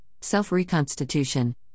self-reconstitution